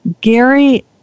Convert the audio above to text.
Gary